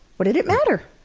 what did it matter!